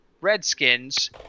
Redskins